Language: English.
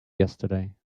yesterday